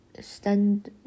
stand